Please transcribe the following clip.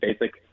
basic